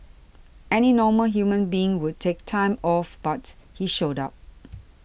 any normal human being would take time off but he showed up